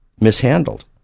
mishandled